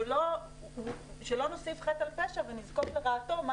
שלא נוסיף חטא על פשע ונזקוף לרעתו מה